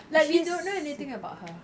like we don't know anything about her